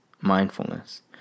mindfulness